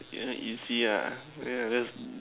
you know you see ah wait ah just